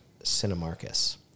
Cinemarcus